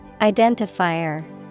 Identifier